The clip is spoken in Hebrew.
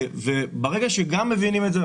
ברגע שכולם מבינים את זה,